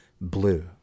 blue